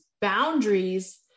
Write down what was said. boundaries